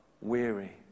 weary